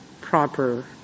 proper